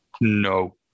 No